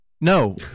No